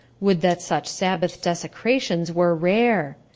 would that such sabbath desecrations were rare.